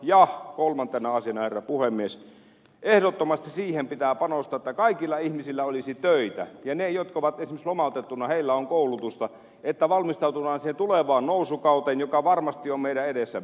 ja kolmantena asiana herra puhemies ehdottomasti siihen pitää panostaa että kaikilla ihmisillä olisi töitä ja niillä jotka ovat esimerkiksi lomautettuina on koulutusta että valmistaudutaan siihen tulevaan nousukauteen joka varmasti on meidän edessämme